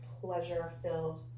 pleasure-filled